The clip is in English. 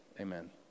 amen